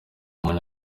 umuntu